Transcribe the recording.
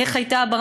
איך היה בר-המצווה,